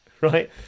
right